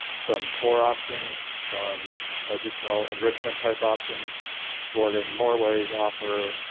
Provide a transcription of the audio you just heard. some core options, some additional enrichment type options board in more ways, offer